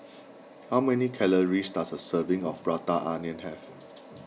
how many calories does a serving of Prata Onion have